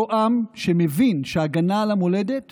אותו עם שמבין שהגנה על המולדת